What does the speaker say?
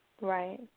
right